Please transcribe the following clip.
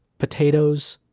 potatoes,